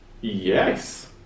yes